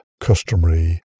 customary